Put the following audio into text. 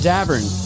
Davern